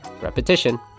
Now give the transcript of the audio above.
repetition